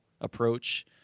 approach